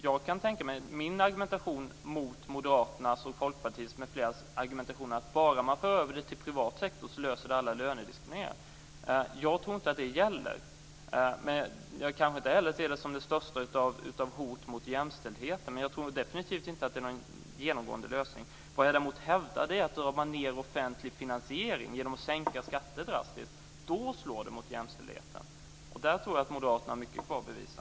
Jag tror inte att Moderaternas, Folkpartiets och andras argumentation att om bara det hela förs över till privat sektor löses all lönediskrimination gäller. Jag ser inte heller det som det största hotet mot jämställdhet, men jag tror definitivt inte att det är någon genomgående lösning. Jag hävdar att om den offentliga finansieringen dras ned genom att sänka skatter drastiskt kommer den att slå mot jämställdheten. Där har moderaterna mycket kvar att bevisa.